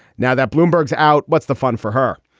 now that bloomberg's out, what's the fun for her?